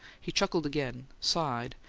he chuckled again, sighed,